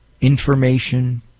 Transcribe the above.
information